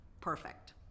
perfect